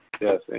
Yes